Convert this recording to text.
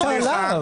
דיברת אליו.